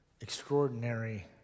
extraordinary